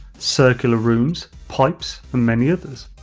circular room, pipe and many others.